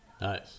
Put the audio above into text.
Nice